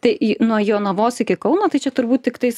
tai į nuo jonavos iki kauno tai čia turbūt tiktais